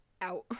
out